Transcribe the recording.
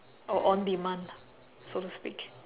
or on demand lah so to speak